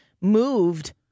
moved